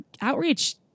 outreach